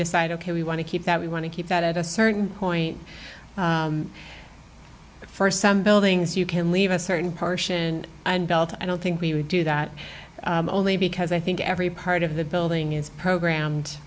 decide ok we want to keep that we want to keep that at a certain point first some buildings you can leave a certain portion and belt i don't think we would do that only because i think every part of the building is programmed